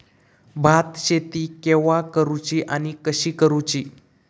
भात शेती केवा करूची आणि कशी करुची?